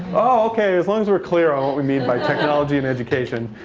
oh, ok. as long as we're clear on what we mean by technology in education.